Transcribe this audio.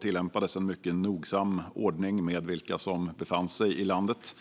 tillämpades en mycket nogsam ordning med vilka som befann sig i landet.